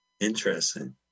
Interesting